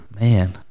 Man